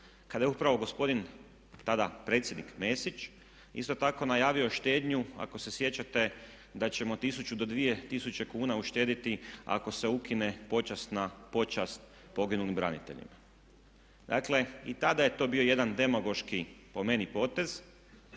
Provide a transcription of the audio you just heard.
kada je upravo gospodin tada predsjednik Mesić isto tako najavio štednju ako se sjećate da ćemo tisuću do dvije tisuće kuna uštediti ako se ukine počasna počast poginulim braniteljima. Dakle, i tada je bio jedan demagoški po meni potez